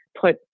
put